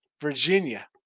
Virginia